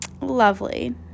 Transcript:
lovely